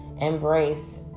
embrace